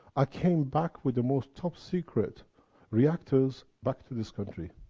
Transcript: i came back with the most top secret reactors, back to this country.